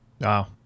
Wow